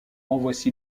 voici